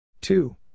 Two